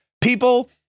People